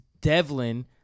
Devlin